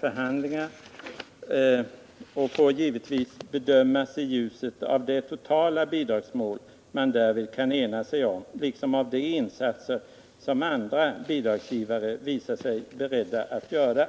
förhandlingar, givetvis bedömas i ljuset av det totala bidragsmål man därvid kan ena sig om liksom av de insatser som andra bidragsgivare visar sig beredda att göra”.